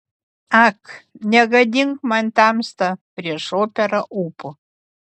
ak negadink man tamsta prieš operą ūpo